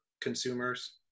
consumers